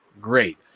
Great